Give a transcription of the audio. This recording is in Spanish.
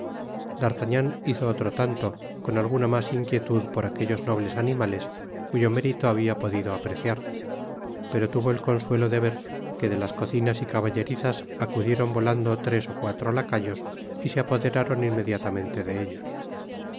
hizo otro tanto con alguna mas inquietud por aquellos nobles animales cuyo mérito habia podido apreciar pero tuvo el consuelo de ver que de las cocinas y caballerizas acudieron volando tres ó cuatro lacayos y se apoderaron inmediatamente de ellos